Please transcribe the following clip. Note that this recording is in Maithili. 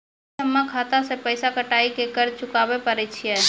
की हम्मय खाता से पैसा कटाई के कर्ज चुकाबै पारे छियै?